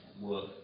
work